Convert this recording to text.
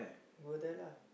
go there lah